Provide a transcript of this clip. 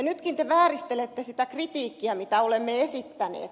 nytkin te vääristelette sitä kritiikkiä mitä olemme esittäneet